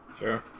sure